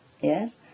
yes